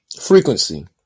frequency